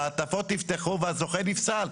המעטפות נפתחו והזוכה נפסל.